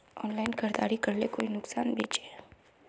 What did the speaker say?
Online खरीदारी करले कोई नुकसान भी छे?